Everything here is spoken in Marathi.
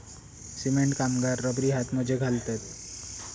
सिमेंट कामगार रबरी हातमोजे घालतत